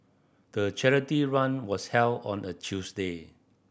the charity run was held on a Tuesday